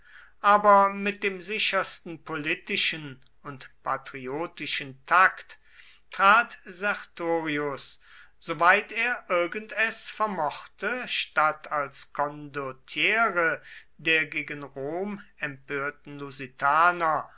aber mit dem sichersten politischen und patriotischen takt trat sertorius sowie er irgend es vermochte statt als condottiere der gegen rom empörten